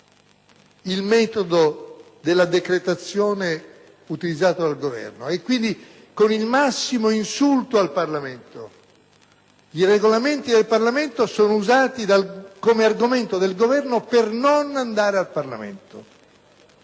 il metodo della decretazione utilizzato dal Governo. Con ciò si è arrecato il massimo insulto al Parlamento: i Regolamenti parlamentari sono usati come argomento dal Governo per non andare in Parlamento.